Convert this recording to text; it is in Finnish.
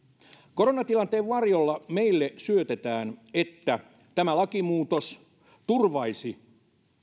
koronatilanteen varjolla meille syötetään että tämä lakimuutos turvaisi